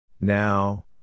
Now